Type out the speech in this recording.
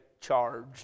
charge